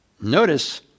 Notice